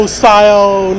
style